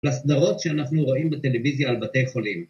‫לסדרות שאנחנו רואים בטלוויזיה ‫על בתי חולים...